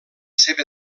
seva